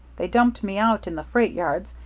they dumped me out in the freight yards,